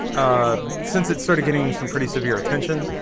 ah since it started getting some pretty severe attention